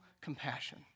compassion